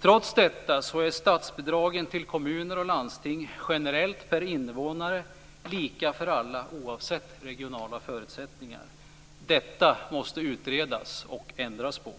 Trots detta är statsbidragen till kommuner och landsting generellt per innevånare lika för alla oavsett regionala förutsättningar. Detta måste utredas och ändras på.